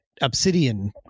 obsidian